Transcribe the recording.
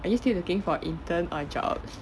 are you still looking for intern or jobs